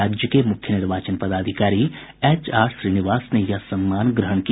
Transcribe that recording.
राज्य के मूख्य निर्वाचन पदाधिकारी एच आर श्रीनिवास ने यह सम्मान ग्रहण किया